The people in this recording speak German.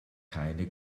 keine